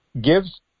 gives